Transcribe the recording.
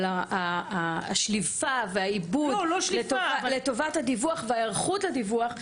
אבל השליפה והעיבוד לטובת הדיווח וההיערכות לדיווח,